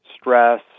stress